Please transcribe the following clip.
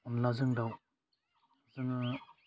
अनलाजों दाउ जोङो